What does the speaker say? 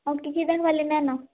ଆଉ ଟିକେ ନାଇଁନ